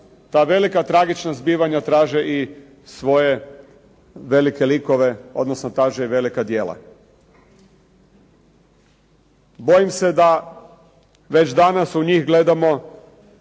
ta velika tragična zbivanja traže i svoje velike likove, odnosno traže velika djela. Bojim se da već danas u njih gledamo